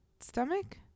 stomach